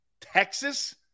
Texas